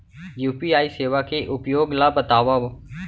UPI सेवा के उपयोग ल बतावव?